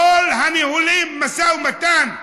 כל ניהול המשא ומתן,